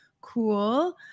cool